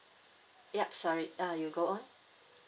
yup sorry uh you go on